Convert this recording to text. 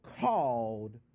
called